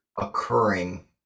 occurring